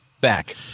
Back